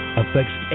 affects